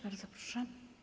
Bardzo proszę.